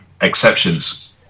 exceptions